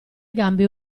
gambe